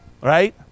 right